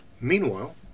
Meanwhile